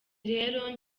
rero